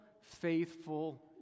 faithful